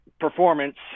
performance